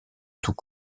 tous